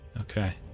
okay